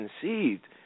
conceived